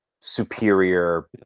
superior